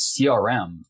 CRM